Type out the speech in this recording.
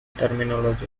terminology